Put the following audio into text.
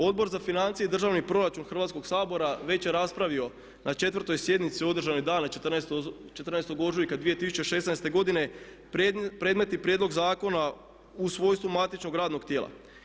Odbor za financije i državni proračun Hrvatskoga sabora već je raspravio na 4. sjednici održanoj dana 14. ožujka 2016. godine predmetni prijedlog zakona u svojstvu matičnog radnog tijela.